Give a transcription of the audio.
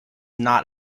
not